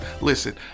Listen